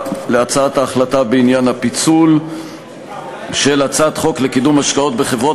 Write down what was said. להצעת ההחלטה בעניין פיצול הצעת חוק לקידום השקעות בחברות